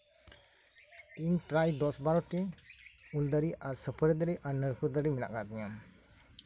ᱤᱧ ᱯᱨᱟᱭ ᱫᱚᱥ ᱵᱟᱨᱚᱴᱤ ᱩᱞ ᱫᱟᱨᱮ ᱟᱨ ᱥᱩᱯᱟᱹᱨᱤ ᱫᱟᱨᱮ ᱱᱟᱲᱠᱮᱞ ᱫᱟᱨᱮ ᱢᱮᱱᱟᱜ ᱟᱠᱟᱫ ᱛᱤᱧᱟ